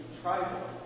tribal